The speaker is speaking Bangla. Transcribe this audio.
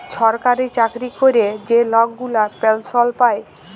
ছরকারি চাকরি ক্যরে যে লক গুলা পেলসল পায়